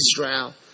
Israel